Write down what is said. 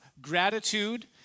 gratitude